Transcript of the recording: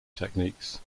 techniques